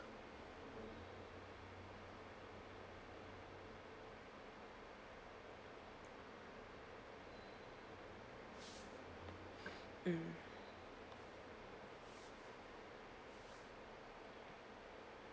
mm